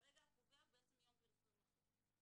הרגע הקובע הוא מיום פרסום החוק.